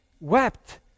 wept